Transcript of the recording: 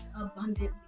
abundantly